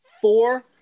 four